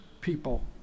people